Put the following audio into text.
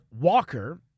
Walker